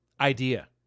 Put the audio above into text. idea